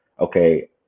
Okay